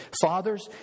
fathers